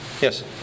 yes